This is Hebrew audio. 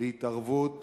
להתערבות